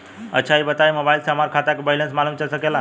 अच्छा ई बताईं और मोबाइल से हमार खाता के बइलेंस मालूम चल सकेला?